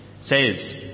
says